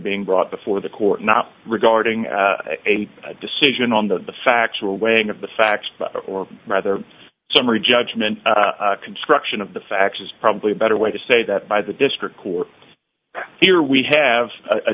being brought before the court not regarding a decision on the factual weighing of the facts or rather summary judgment construction of the facts is probably a better way to say that by the district court here we have